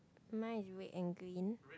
mine is red and green